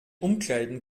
umkleiden